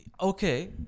Okay